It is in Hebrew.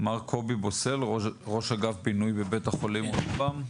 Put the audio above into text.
מר קובי בוסל, ראש אגף בינוי בבית החולים רמב"ם.